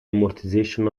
amortization